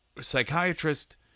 psychiatrist